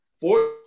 four